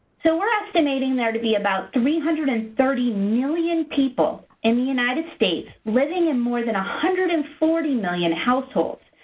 so we're estimating there to be about three hundred and thirty million people in the united states, living in more than one hundred and forty million households,